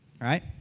Right